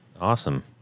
Awesome